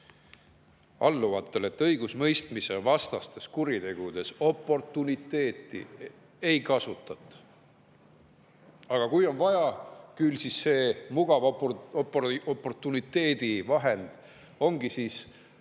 alluvatele, et õigusmõistmisevastastes kuritegudes oportuniteeti ei kasutata. Ent kui on vaja, siis see mugav oportuniteedi vahend on ikka